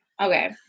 Okay